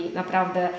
naprawdę